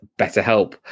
BetterHelp